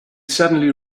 suddenly